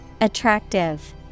Attractive